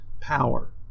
power